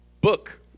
Book